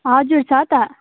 हजुर छ त